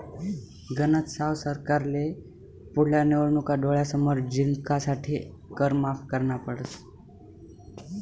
गनज साव सरकारले पुढल्या निवडणूका डोळ्यासमोर जिंकासाठे कर माफ करना पडस